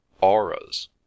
auras